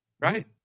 right